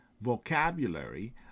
Vocabulary